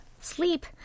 Sleep